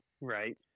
Right